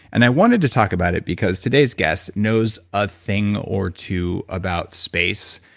and i wanted to talk about it because today's guest knows a thing or two about space,